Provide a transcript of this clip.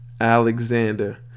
Alexander